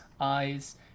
eyes